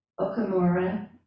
Okamura